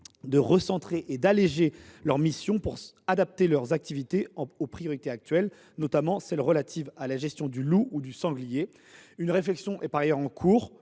de recentrer et d’alléger leurs missions pour adapter leurs activités aux priorités actuelles, notamment celles qui sont relatives à la gestion du loup ou du sanglier. Une réflexion est par ailleurs en cours